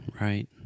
Right